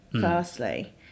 Firstly